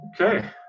okay